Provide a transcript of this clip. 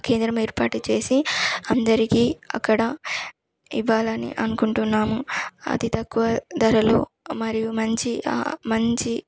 కేంద్రం ఏర్పాటు చేసి అందరికీ అక్కడ ఇవ్వాలని అనుకుంటున్నాము అతి తక్కువ ధరలో మరియు మంచి ఆ మంచి